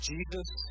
Jesus